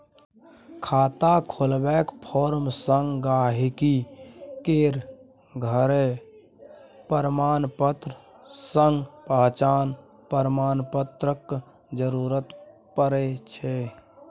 खाता खोलबाक फार्म संग गांहिकी केर घरक प्रमाणपत्र संगे पहचान प्रमाण पत्रक जरुरत परै छै